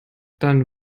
dann